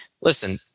Listen